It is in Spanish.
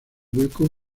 hueco